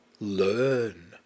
Learn